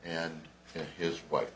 and his wife